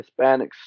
Hispanics